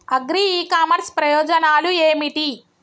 Agri e commerce ప్రయోజనాలు ఏమిటి?